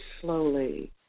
slowly